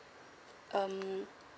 um